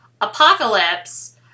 apocalypse